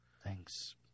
Thanks